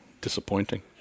Disappointing